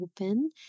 open